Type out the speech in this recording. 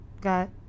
Got